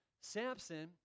Samson